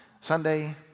Sunday